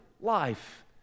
life